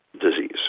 disease